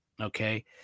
Okay